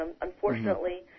Unfortunately